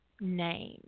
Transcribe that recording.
name